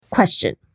question